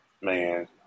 Man